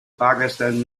pakistan